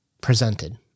presented